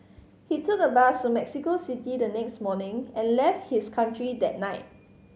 he took a bus to Mexico City the next morning and left his country that night